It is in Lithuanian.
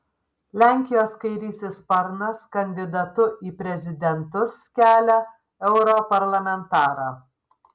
lenkijos kairysis sparnas kandidatu į prezidentus kelia europarlamentarą